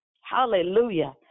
Hallelujah